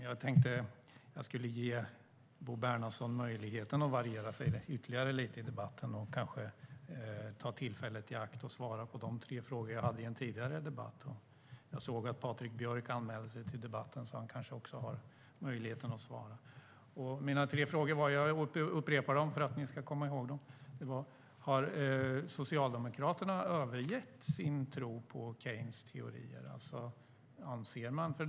Jag tänkte att jag skulle ge Bo Bernhardsson möjligheten att variera sig lite ytterligare i debatten och kanske ta tillfället i akt att svara på de tre frågor som jag hade i en tidigare debatt. Jag såg att Patrik Björck anmälde sig till debatten. Han kanske också har möjlighet att svara. Jag upprepar mina tre frågor, om ni inte kommer ihåg dem: Den första frågan är: Har Socialdemokraterna övergett sin tro på Keynes teorier?